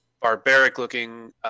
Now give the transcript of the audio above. barbaric-looking